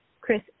Chris